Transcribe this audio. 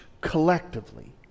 collectively